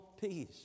peace